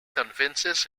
convinces